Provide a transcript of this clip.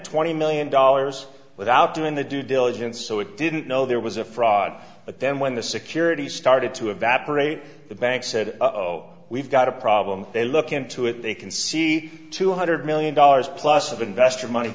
twenty million dollars without doing the due diligence so it didn't know there was a fraud but then when the securities started to evaporate the bank said oh we've got a problem they look into it they can see two hundred million dollars plus of investor money